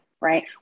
right